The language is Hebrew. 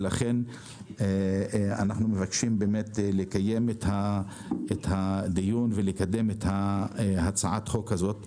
לכן אנחנו מבקשים לקיים את הדיון ולקדם את הצעת החוק הזאת.